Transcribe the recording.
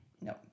Nope